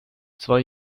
zwei